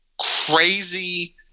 crazy